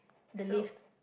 the lift